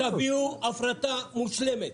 ותביאו הפרטה מושלמת,